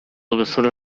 duzula